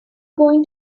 going